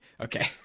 Okay